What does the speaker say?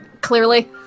clearly